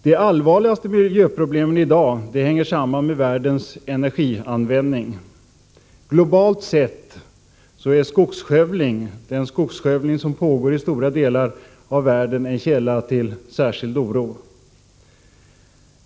De allvarligaste miljöproblemen i dag hänger samman med världens energianvändning. Globalt sett är den skogsskövling som pågår i stora delar av världen en källa till särskild oro.